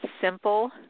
simple